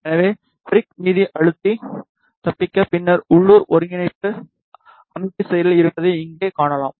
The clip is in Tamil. எனவே ஃபிரிக் மீது அழுத்தி தப்பிக்க பின்னர் உள்ளூர் ஒருங்கிணைப்பு அமைப்புசெயலில் இருப்பதை இங்கே காணலாம்